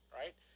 right